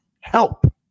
help